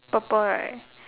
purple right